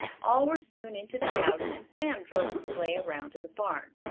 all were soon into the house and sam drove the sleigh around to the barn.